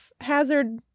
hazard